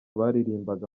baririmbaga